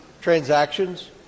transactions